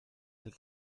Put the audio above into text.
del